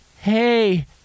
Hey